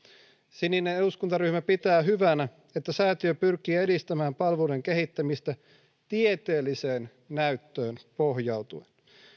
sininen eduskuntaryhmä pitää hyvänä että säätiö pyrkii edistämään palveluiden kehittämistä tieteelliseen näyttöön pohjautuen